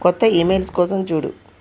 కొత్త ఇమెయిల్స్ కోసం చూడు